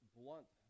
blunt